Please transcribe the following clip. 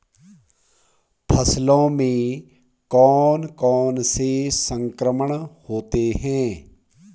फसलों में कौन कौन से संक्रमण होते हैं?